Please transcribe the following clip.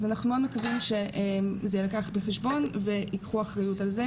אז אנחנו מאוד מקווים שזה יילקח בחשבון וייקחו אחריות על זה,